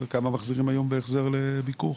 כמה מחזירים היום בהחזר לביקור.